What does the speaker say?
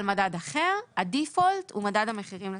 מדד אחר הדיפולט הוא מדד המחירים לצרכן.